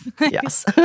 Yes